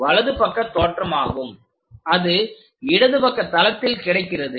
இதுவே வலது பக்க தோற்றமாகும் அது இடது பக்க தளத்தில் கிடைக்கிறது